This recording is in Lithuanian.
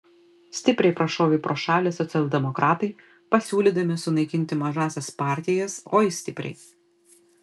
stipriai prašovė pro šalį socialdemokratai pasiūlydami sunaikinti mažąsias partijas oi stipriai